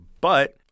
but-